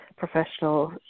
professional